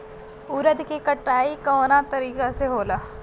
उरद के कटाई कवना तरीका से होला?